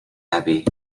abbey